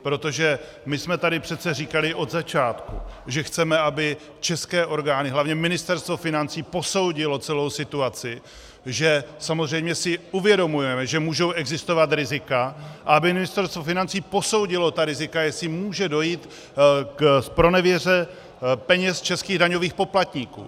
Protože my jsme tady přece říkali od začátku, že chceme, aby české orgány, hlavně Ministerstvo financí, posoudily celou situaci, že samozřejmě si uvědomujeme, že můžou existovat rizika, aby Ministerstvo financí posoudilo ta rizika, jestli může dojít k zpronevěře peněz českých daňových poplatníků.